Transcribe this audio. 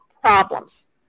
problems